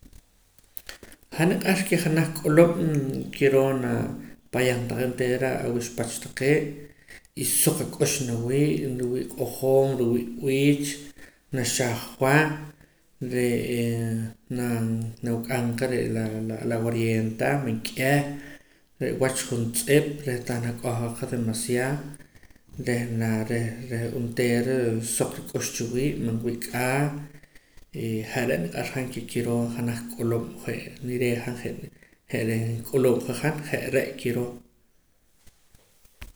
Han niq'ar ke janaj k'ulub'm kiroo na payam taqee' onteera awuxpach taqee' y suq ak'ux nawii' nriwii' q'ojoom nriwii' b'iich naxajwa re'e na nawik'am qa la la awarieenta man k'eh re' wach juntz'ip reh tah nak'ohqa qa demasiaa reh na reh reh onteera suq rik'ux chiwii' man wii' k'aa y je're' niq'ar han ke kiroo janaj k'ulub' je' nireej han je' je' reh nk'ulub'ja han je' re' kiroo